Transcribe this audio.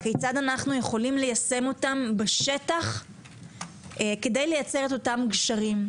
כיצד אנחנו יכולים ליישם בשטח כדי לייצר את אותם גשרים,